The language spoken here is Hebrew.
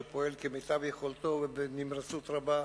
שפועל כמיטב יכולתו ובנמרצות רבה,